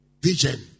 Vision